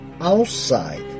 outside